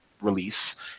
release